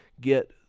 get